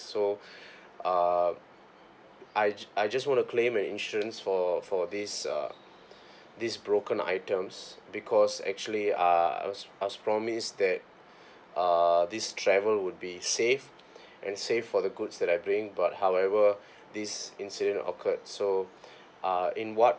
so uh I I just wanna claim an insurance for for this uh these broken items because actually uh I was I was promised that uh this travel would be safe and safe for the goods that I bring but however this incident occurred so uh in what